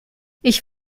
ich